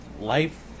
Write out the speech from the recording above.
Life